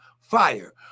fire